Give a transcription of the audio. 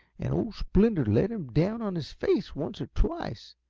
and old splinter let him down on his face once or twice.